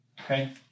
Okay